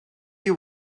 you